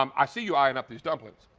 um i see you eyeing up these dumplings.